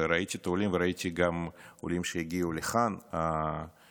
ראיתי את העולים וראיתי גם עולים שהגיעו לכאן בנתב"ג.